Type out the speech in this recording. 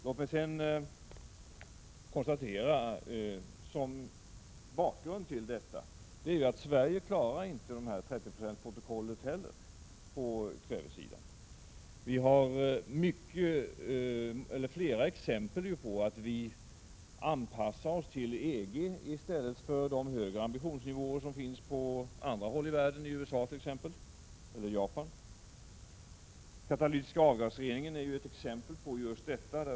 Låt mig sedan konstatera som bakgrund till detta att Sverige inte heller klarar 30-procentsprotokollet på kvävesidan. Vi har flera exempel på att vi anpassar oss till EG i stället för till de högre ambitionsnivåer som finns på andra håll i världen, t.ex. i USA och Japan. Den katalytiska avgasreningen är ett exempel på just detta.